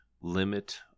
limit